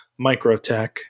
Microtech